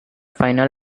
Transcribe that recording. final